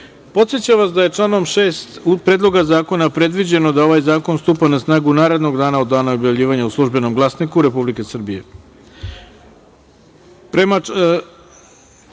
načelu. Podsećam vas da je članom 6. Predloga zakona predviđeno da ovaj zakon stupa na snagu narednog dana od dana objavljivanja u „Službenom glasniku Republike Srbije“.Kao